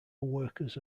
workers